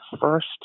first